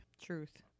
Truth